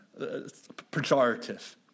pejorative